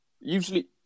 Usually